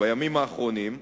בימים האחרונים,